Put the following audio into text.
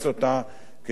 כיצד הוא יבצע אותה,